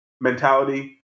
mentality